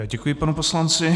Děkuji panu poslanci.